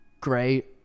great